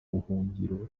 buhungiro